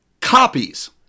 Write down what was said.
copies